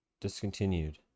Discontinued